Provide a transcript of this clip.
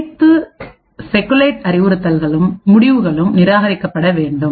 அனைத்து ஸ்பெகுலேட் அறிவுறுத்தல்கள் முடிவுகளும் நிராகரிக்கப்பட வேண்டும்